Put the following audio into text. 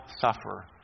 suffer